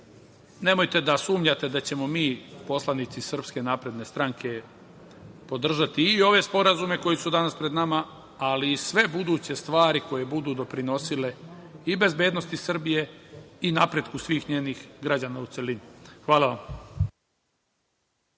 nemojte da sumnjate da ćemo mi, poslanici SNS, podržati i ove sporazume koji su danas pred nama, ali i sve buduće stvari koje budu doprinosile i bezbednosti Srbije i napretku svih njenih građana u celini. Hvala vam.